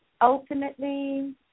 ultimately